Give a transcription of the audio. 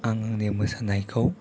आंनि मोसानायखौ